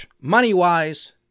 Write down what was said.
Money-wise